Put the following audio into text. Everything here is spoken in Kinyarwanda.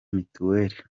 mituweli